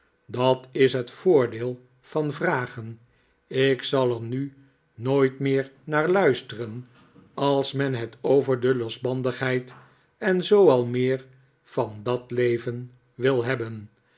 dat is het voordeel van vragen ik zal er nu nooit meer naar luisteren als men het over de losbandigheid en zoo al meer van dat leven wil hebben